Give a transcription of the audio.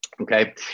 Okay